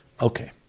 Okay